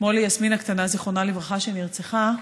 כמו ליסמין הקטנה, זיכרונה לברכה, שנרצחה,